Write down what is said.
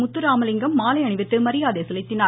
முத்துராமலிங்கம் மாலை அணிவித்து மரியாதை செலுத்தினார்